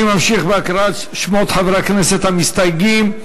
אני ממשיך בהקראת שמות חברי הכנסת המסתייגים.